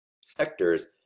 sectors